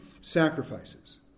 sacrifices